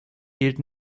gilt